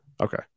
Okay